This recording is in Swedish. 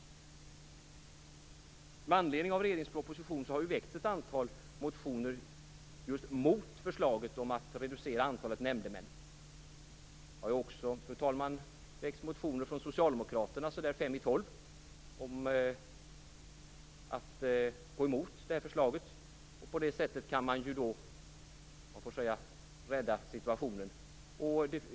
Med anledning av regeringens proposition har det väckts ett antal motioner just mot förslaget om att reducera antalet nämndemän. Det har också, fru talman, väckts motioner från Socialdemokraterna, fem i tolv, om att gå emot förslaget. På det sättet kan man så att säga rädda situationen.